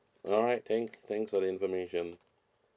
alright thanks thanks for the information